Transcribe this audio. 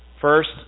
First